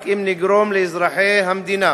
רק אם נגרום לאזרחי המדינה